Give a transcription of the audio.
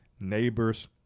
neighbors